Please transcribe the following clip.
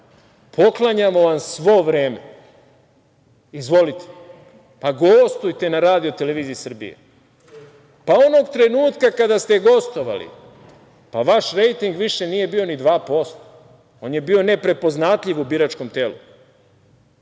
poklanjamo vam svo vreme. Izvolite, pa gostujte na RTS. Onog trenutka kada ste gostovali, pa vaš rejting više nije bio ni 2%, on je bio neprepoznatljiv u biračkom telu.